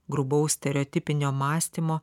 grubaus stereotipinio mąstymo